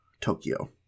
tokyo